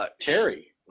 Terry